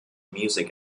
music